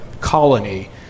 colony